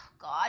God